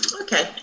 Okay